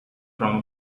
from